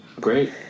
Great